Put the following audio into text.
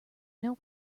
know